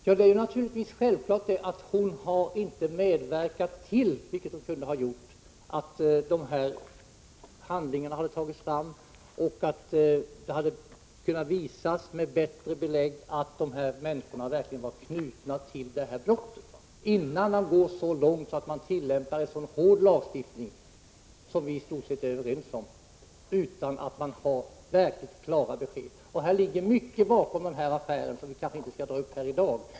Herr talman! Min kritik är självfallet den att invandrarministern inte har medverkat till att handlingarna i ärendet har presenterats, vilket hon kunde ha gjort, och att hon borde ha sett till att det fanns belägg för påståendet att dessa människor verkligen var knutna till brottet, innan regeringen gick så långt att den tillämpade denna hårda lagstiftning, som vi i stort sett är överens om. Det ligger mycket bakom denna affär, men det kanske vi inte skall dra upp här i dag.